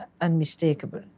unmistakable